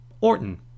Orton